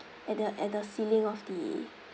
at the at the ceiling of the